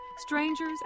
strangers